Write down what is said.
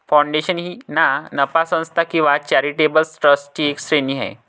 foundation ही ना नफा संस्था किंवा चॅरिटेबल ट्रस्टची एक श्रेणी आहे